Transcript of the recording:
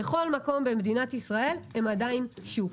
בכל מקום במדינת ישראל הן עדיין שוק.